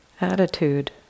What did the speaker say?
attitude